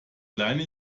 kleine